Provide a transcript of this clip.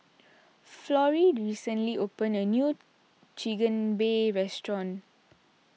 Florie recently opened a new Chigenabe restaurant